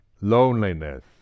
loneliness